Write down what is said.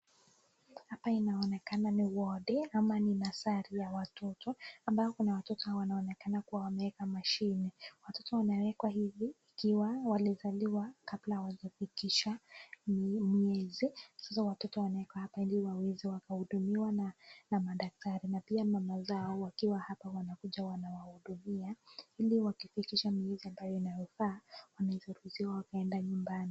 Hapa inaonekana ni wodi ama ni nasari ya watoto ambayo kuna watoto wanaonekana kuwa wamewekwa mashine. Watoto wanawekwa hivi ikiwa walizaliwa kabla hawajafikisha miezi. Sasa watoto wanawekwa hapa ili waweze wakahudumiwa na madaktari na pia mama zao wakiwa hapa wanakuja wanawahudumia ili wakifikisha miezi ambayo inayofaa wanaweza rudiwa wakaenda nyumbani.